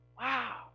Wow